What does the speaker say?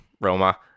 Roma